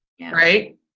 Right